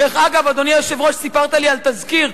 דרך אגב, אדוני היושב-ראש, סיפרת לי על תזכיר.